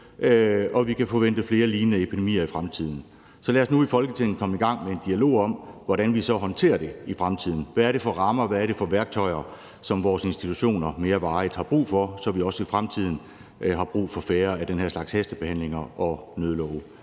at vi kan forvente flere lignende epidemier i fremtiden. Så lad os nu i Folketinget komme i gang med en dialog om, hvordan vi så håndterer det i fremtiden – hvad det er for rammer, hvad det er for værktøjer, som vores institutioner mere varigt har brug for – så vi også i fremtiden har brug for færre af den her slags hastebehandlinger og nødlove.